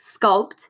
sculpt